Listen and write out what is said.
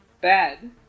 Bad